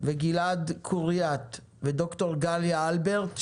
גלעד קוריאט וד"ר גליה אלברט.